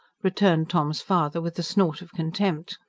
returned tom's father with a snort of contempt.